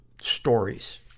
stories